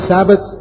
Sabbath